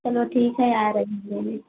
चलो ठीक है आ रहे हैं लेने